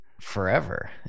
forever